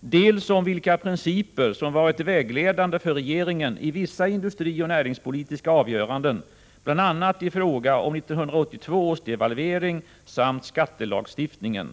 dels om vilka principer som varit vägledande för regeringen i vissa industrioch näringspolitiska avgöranden, bl.a. i fråga om 1982 års devalvering samt skattelagstiftningen.